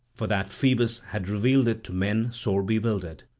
for that phoebus had revealed it to men sore bewildered.